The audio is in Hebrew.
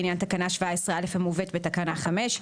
לעניין תקנה 17א המובאת בתקנה 5,